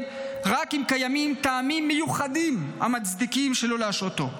רק אם קיימים טעמים מיוחדים המצדיקים שלא להשעותו.